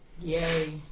Yay